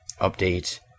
update